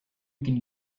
can